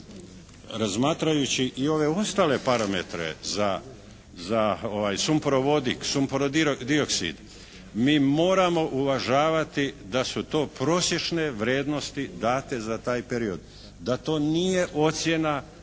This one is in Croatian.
razmatrajući i ove ostale parametre za sumporovodik, sumporodioksid mi moramo uvažavati da su to prosječne vrijednosti date za taj period, da to nije ocjena